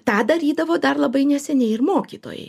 tą darydavo dar labai neseniai ir mokytojai